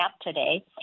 today